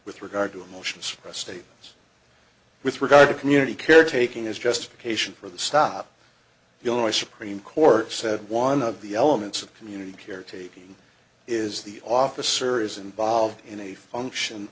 with regard to emotions a state with regard to community care taking is justification for the stop your supreme court said one of the elements of community caretaking is the officer is involved in a function